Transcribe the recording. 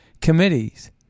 committees